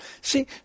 See